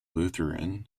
lutheran